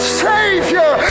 savior